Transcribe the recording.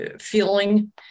feeling